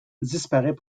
disparaît